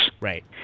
right